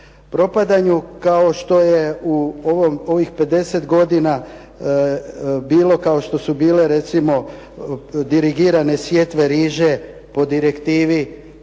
propadanju kao što je u ovih 50 godina, kao što su bile recimo dirigirane sjetve riže po direktivi